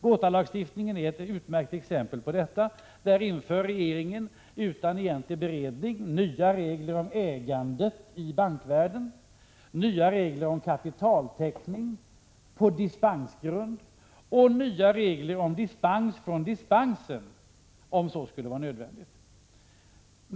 GOTA-lagstiftningen är ett utmärkt exempel på detta. Där inför regeringen utan egentlig beredning nya regler om ägandet i bankvärlden, nya regler om kapitaltäckning på dispensgrund och nya regler om dispens från dispensen — om så skulle vara nödvändigt.